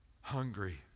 hungry